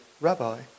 Rabbi